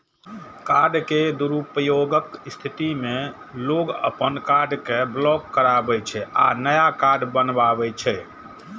card के दुरुपयोगक स्थिति मे लोग अपन कार्ड कें ब्लॉक कराबै छै आ नया कार्ड बनबावै छै